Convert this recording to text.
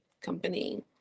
company